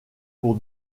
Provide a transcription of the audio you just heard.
pour